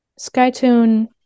Skytune